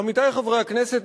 עמיתי חברי הכנסת,